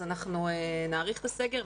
אז אנחנו נאריך את הסגר.